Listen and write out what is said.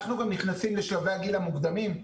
אנחנו גם נכנסים לשלבי הגיל המוקדמים.